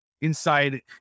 inside